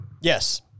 Yes